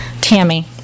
Tammy